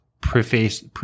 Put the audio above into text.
preface